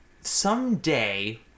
someday